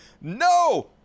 no